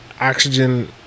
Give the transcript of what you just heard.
oxygen